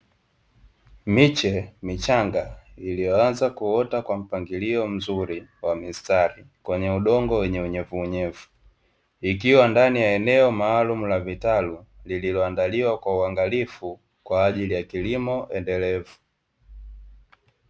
Miche michanga iliyoanza kuota kwa mpangilio mzuri wa mistari kwenye udongo wenye unyevuunyevu, ikiwa ndani ya eneo maalumu la vitalu lililoandaliwa kwa uangalifu kwaajili ya kilimo endelevu.